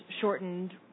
shortened